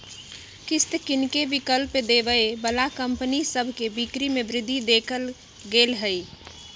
किस्त किनेके विकल्प देबऐ बला कंपनि सभ के बिक्री में वृद्धि देखल गेल हइ